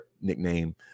nickname